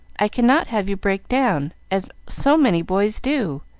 i cannot have you break down, as so many boys do,